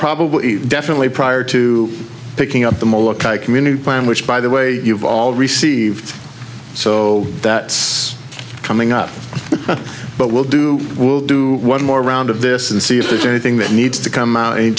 probably definitely prior to picking up the molokai community plan which by the way you've all received so that's coming up but we'll do we'll do one more round of this and see if there's anything that needs to come out and